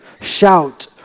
Shout